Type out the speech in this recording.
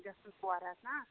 گَژھَن ژور ہَتھ نا